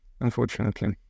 Unfortunately